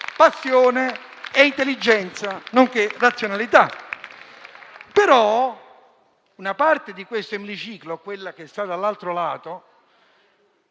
passione e intelligenza, nonché razionalità. Eppure, una parte di quest'emiciclo, quella che sta dall'altro lato,